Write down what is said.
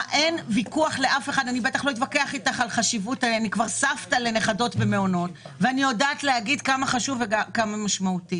אני כבר סבתא לנכדות במעונות כך שאני יודעת להגיד כמה חשוב וכמה משמעותי